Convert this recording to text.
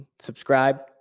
subscribe